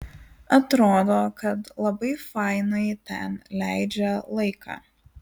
atrodo kad labai fainai ten leidžia laiką